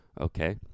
okay